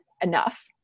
enough